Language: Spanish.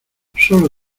solo